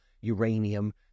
uranium